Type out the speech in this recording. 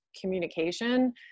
communication